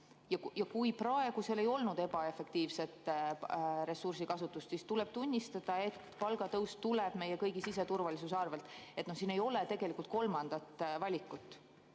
Aga kui seal ei ole olnud ebaefektiivset ressursikasutust, siis tuleb tunnistada, et palgatõus tuleb meie kõigi siseturvalisuse arvel. Siin ei ole tegelikult kolmandat võimalust.